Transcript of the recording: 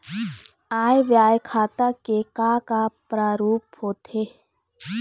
आय व्यय खाता के का का प्रारूप होथे?